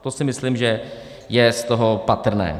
To si myslím, že je z toho patrné.